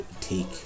take